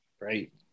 right